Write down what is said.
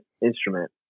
instrument